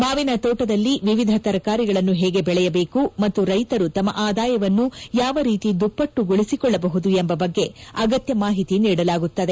ಮಾವಿನ ತೋಟದಲ್ಲಿ ವಿವಿಧ ತರಕಾರಿಗಳನ್ನು ಹೇಗೆ ಬೆಳೆಯಬೇಕು ಮತ್ತು ರೈತರು ತಮ್ಮ ಆದಾಯವನ್ನು ಯಾವ ರೀತಿ ದುಪ್ಪಟ್ಟುಗೊಳಿಸಿಕೊಳ್ಳಬಹುದು ಎಂಬ ಬಗ್ಗೆ ಅಗತ್ಯ ಮಾಹಿತಿ ನೀಡಲಾಗುತ್ತದೆ